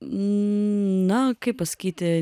na kaip pasakyti